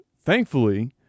thankfully